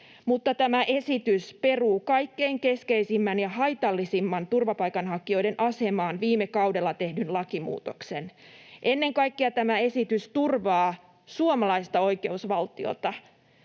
tämä esitys peruu kaikkein keskeisimmän ja haitallisimman turvapaikanhakijoiden asemaan viime kaudella tehdyn lakimuutoksen. Ennen kaikkea tämä esitys turvaa suomalaista oikeusvaltiota.